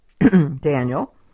Daniel